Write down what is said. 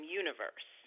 universe